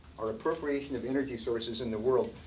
or appropriation of energy sources in the world,